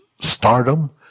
stardom